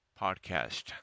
podcast